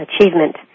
Achievement